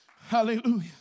Hallelujah